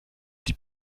die